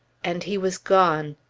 and he was gone.